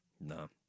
No